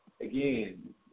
again